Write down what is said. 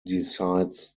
decides